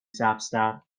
سبزتر